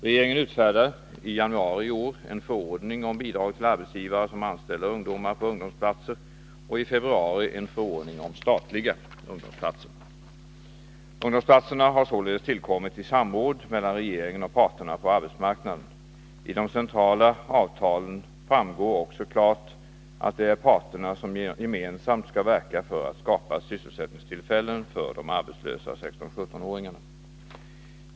Regeringen utfärdade i januari i år en förordning om bidrag till arbetsgivare som anställer ungdomar på ungdomsplatser och i februari en förordning om statliga ungdomsplatser. Ungdomsplatserna har således tillkommit i samråd mellan regeringen och parterna på arbetsmarknaden. Av de centrala avtalen framgår också klart att det är parterna som gemensamt skall verka för att skapa sysselsättningstillfällen för de arbetslösa 16-17-åringarna.